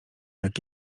jak